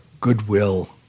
goodwill